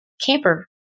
camper